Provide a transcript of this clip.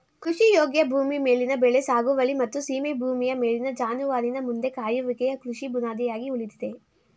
ಕೃಷಿಯೋಗ್ಯ ಭೂಮಿ ಮೇಲಿನ ಬೆಳೆ ಸಾಗುವಳಿ ಮತ್ತು ಸೀಮೆ ಭೂಮಿಯ ಮೇಲಿನ ಜಾನುವಾರಿನ ಮಂದೆ ಕಾಯುವಿಕೆಯು ಕೃಷಿ ಬುನಾದಿಯಾಗಿ ಉಳಿದಿದೆ